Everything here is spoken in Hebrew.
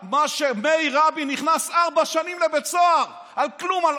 מאיר רבין נכנס לארבע שנים לבית סוהר על כלום,